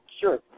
Sure